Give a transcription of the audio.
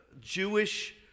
Jewish